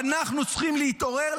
ואנחנו צריכים להתעורר,